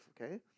okay